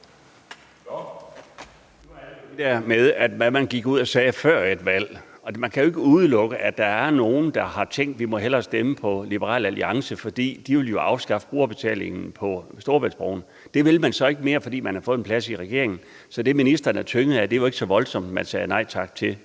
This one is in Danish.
til det der med, hvad man gik ud og sagde før et valg. Man kan jo ikke udelukke, at der er nogle, der har tænkt: Vi må hellere stemme på Liberal Alliance, for de vil jo afskaffe brugerbetalingen på Storebæltsbroen. Det vil man så ikke mere, fordi man har fået en plads i regeringen. Så det, ministeren er tynget af, er jo ikke så voldsomt, at man sagde nej tak til